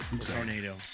Tornado